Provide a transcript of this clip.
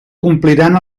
compliran